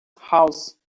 house